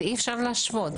אי אפשר להשוות.